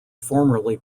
formerly